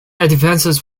advances